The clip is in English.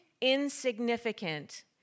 insignificant